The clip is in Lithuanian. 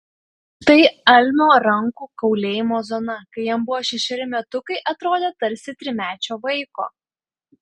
štai almio rankų kaulėjimo zona kai jam buvo šešeri metukai atrodė tarsi trimečio vaiko